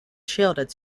shielded